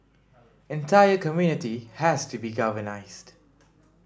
entire community has to be galvanised